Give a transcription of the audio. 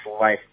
life